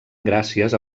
gràcies